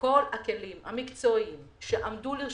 שכל הכלים המקצועיים שעמדו לרשותנו,